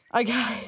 okay